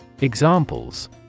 Examples